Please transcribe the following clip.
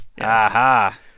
Aha